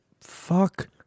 Fuck